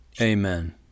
amen